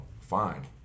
fine